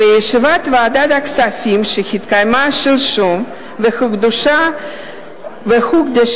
בישיבת ועדת הכספים שהתקיימה שלשום והוקדשה לגל